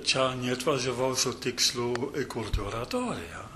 čion atvažiavau su tikslu įkurti oratoriją